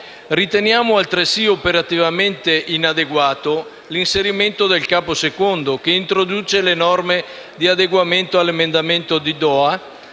Riteniamo altresì operativamente inadeguato l'inserimento del Capo II, che introduce le norme di adeguamento all'emendamento di Doha